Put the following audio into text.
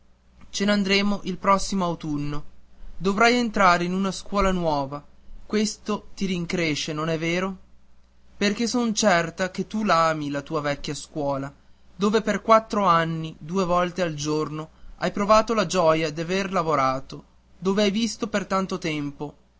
lui ce n'andremo il prossimo autunno dovrai entrare in una scuola nuova questo ti rincresce non è vero perché son certa che tu l'ami la tua vecchia scuola dove per quattro anni due volte al giorno hai provato la gioia d'aver lavorato dove hai visto per tanto tempo